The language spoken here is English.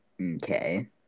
Okay